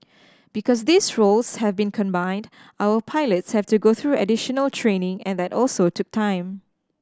because these roles have been combined our pilots have to go through additional training and that also took time